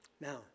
Now